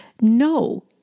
No